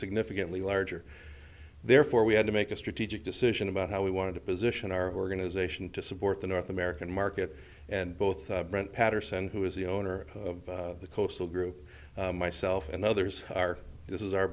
significantly larger therefore we had to make a strategic decision about how we wanted to position our organization to support the north american market and both brant patterson who is the owner of the coastal group myself and others this is our